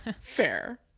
Fair